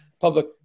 public